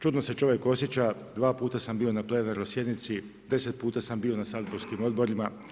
Čudno se čovjek osjeća, dva puta sam bio na plenarnoj sjednici, 10 puta sam bio na saborskim odborima.